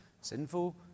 sinful